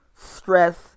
stress